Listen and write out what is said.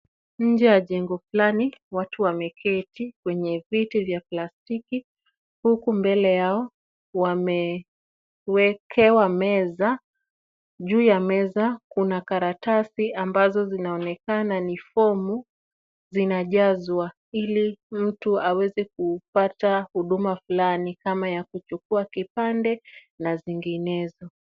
Nje ya jengo fulani, watu wameketi kwenye viti vya plastiki huku mbele yao wamewekewa meza, juu ya meza kuna karatasi ambazo zinaonekana ni fomu zinajazwa ili mtu aweze kupata huduma fulani kama ya kuchukua kipande na zinginezo.